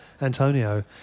Antonio